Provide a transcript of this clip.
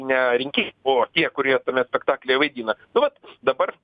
ne rinkėjai o tie kurie tame spektaklyje vaidina nu vat dabar